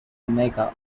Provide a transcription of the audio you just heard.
omega